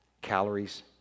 Calories